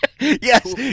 yes